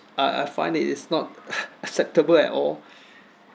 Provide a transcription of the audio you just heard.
I I find it is not acceptable at all